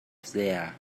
there